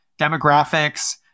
demographics